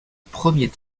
premier